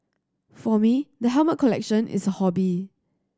for me the helmet collection is a hobby